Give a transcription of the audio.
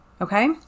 Okay